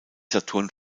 saturn